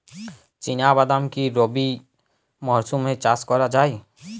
চিনা বাদাম কি রবি মরশুমে চাষ করা যায়?